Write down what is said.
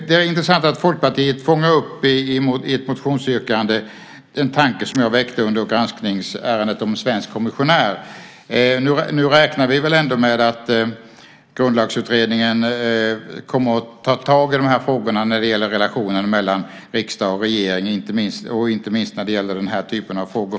Det är intressant att Folkpartiet i ett motionsyrkande fångar upp en tanke som jag väckte under granskningsärendet om en svensk kommissionär. Nu räknar vi väl med att Grundlagsutredningen kommer att ta tag i frågorna om relationerna mellan riksdag och regering, inte minst när det gäller den här typen av frågor.